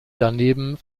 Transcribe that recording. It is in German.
daneben